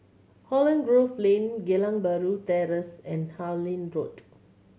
Holland Grove Lane Geylang Bahru Terrace and Harlyn Road